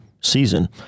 season